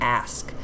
ask